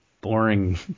boring